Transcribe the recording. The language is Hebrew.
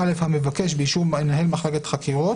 ולאחר שניתנה למבקש הזדמנות לטעון את טענותיו